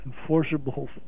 enforceable